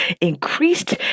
increased